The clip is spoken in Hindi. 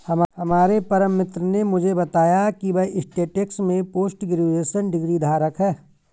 हमारे परम मित्र ने मुझे बताया की वह स्टेटिस्टिक्स में पोस्ट ग्रेजुएशन डिग्री धारक है